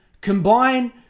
combine